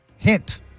Hint